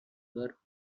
were